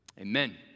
Amen